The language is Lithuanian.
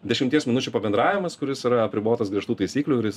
dešimties minučių pabendravimas kuris yra apribotas griežtų taisyklių ir jis